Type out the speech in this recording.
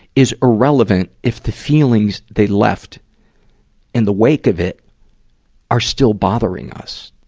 is irrelevant if the feelings they left in the wake of it are still bothering us.